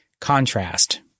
contrast